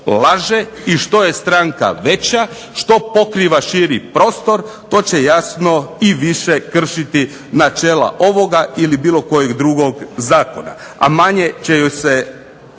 i što je stranka veća i što pokriva širi prostor to će jasno više kršiti načela ovoga ili bilo kojeg drugog Zakona, a manje će joj se